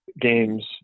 games